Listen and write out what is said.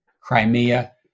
Crimea